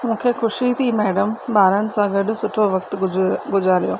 मूंखे खु़शी थी मैडम ॿारनि सां गॾु सुठो वक़्तु गुजर गुज़ारियो आहे